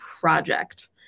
project